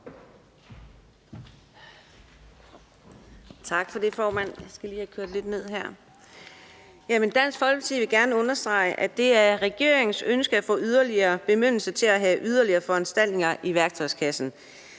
Dansk Folkeparti vil gerne understrege, at det er regeringens ønske at få yderligere bemyndigelser til at have yderligere foranstaltninger i værktøjskassen